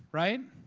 right?